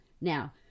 now